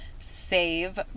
save